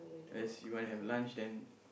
as you want to have lunch then